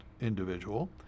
individual